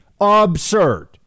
Absurd